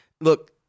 Look